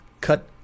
cut